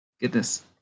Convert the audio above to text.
goodness